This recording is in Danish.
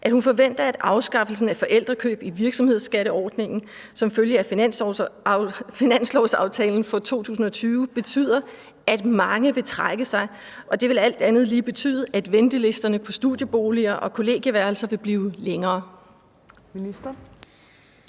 at hun forventer, at afskaffelsen af forældrekøb i virksomhedsordningen som følge af finanslovsaftalen for 2020 betyder, »at mange forældre vil trække sig, og det vil alt andet lige betyde, at ventelisterne på studieboliger og kollegieværelser vil blive længere«?